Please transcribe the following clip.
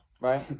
Right